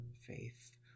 faith